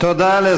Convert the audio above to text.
אדוני,